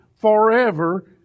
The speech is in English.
forever